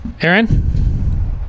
Aaron